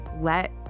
let